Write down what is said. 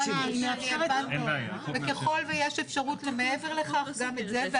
וככל ויש אפשרות למעבר לכך, גם את זה.